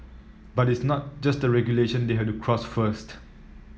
but it's not just the regulation they have to cross first